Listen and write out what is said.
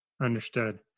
Understood